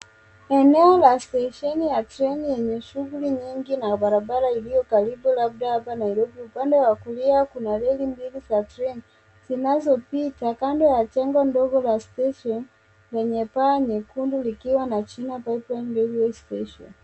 Eneo la stesheni ya treni lenye shughuli nyingi na barabara iliyo karibu labda hapa Nairobi. Upande wa kulia kuna reli mbili za treni zinazopita kando ya jengo ndogo la station lenye paa nyekundu ikiwa na jina Pipeline Railway Station.